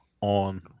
on